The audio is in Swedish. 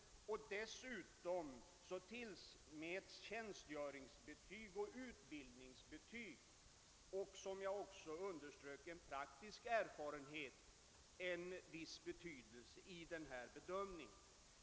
Dessutom tillmäts tjänstgöringsoch utbildningsbetyg samt, som jag underströk, praktisk erfarenhet en viss betydelse vid den bedömningen.